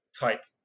type